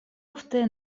ofte